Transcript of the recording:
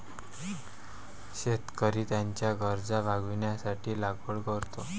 शेतकरी त्याच्या गरजा भागविण्यासाठी लागवड करतो